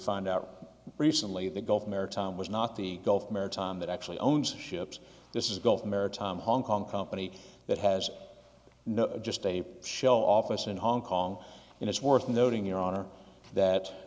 find out recently the gulf maritime was not the gulf maritime that actually owns ships this is gulf maritime hong kong company that has no just a show office in hong kong and it's worth noting your honor that